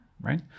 right